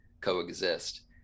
coexist